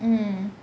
mm